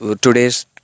today's